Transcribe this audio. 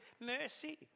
mercy